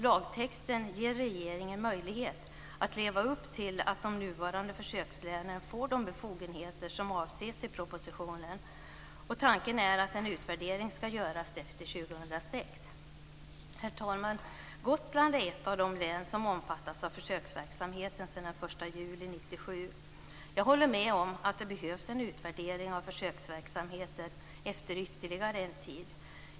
Lagtexten ger regeringen möjlighet att leva upp till ordningen att de nuvarande försökslänen får de befogenheter som avses i propositionen. Tanken är att en utvärdering ska göras efter år 2006. Herr talman! Gotland är ett av de län som omfattas av försöksverksamheten sedan den 1 juli 1997. Jag håller med om att det behövs en utvärdering av försöksverksamheten efter ytterligare en tid.